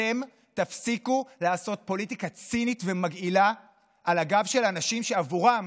תפסיקו לעשות פוליטיקה צינית ומגעילה על הגב של אנשים שעבורם